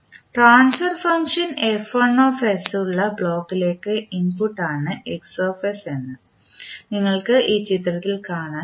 transfer function ഉള്ള ബ്ലോക്കിലേക്കുള്ള ഇൻപുട്ടാണ് എന്ന് നിങ്ങൾക്ക് ചിത്രത്തിൽ കാണാൻ കഴിയും